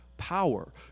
power